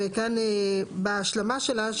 וכאן בהשלמה שלה,